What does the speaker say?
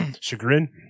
chagrin